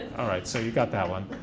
all right, so you got that one.